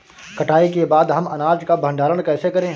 कटाई के बाद हम अनाज का भंडारण कैसे करें?